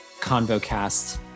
ConvoCast